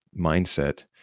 mindset